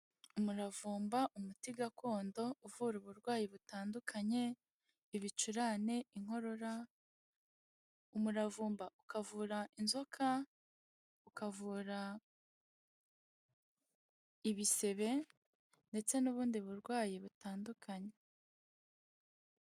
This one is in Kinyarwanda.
Umuravumba umuti gakondo uvura uburwayi butandukanye, ibicurane, inkorora, umuravumba ukavura inzoka, ukavura ibisebe ndetse n'ubundi burwayi butandukanye.